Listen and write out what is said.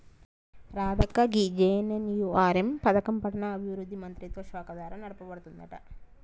రాధక్క గీ జె.ఎన్.ఎన్.యు.ఆర్.ఎం పథకం పట్టణాభివృద్ధి మంత్రిత్వ శాఖ ద్వారా నడపబడుతుందంట